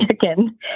chicken